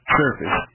surface